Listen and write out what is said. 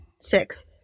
Six